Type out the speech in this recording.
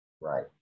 Right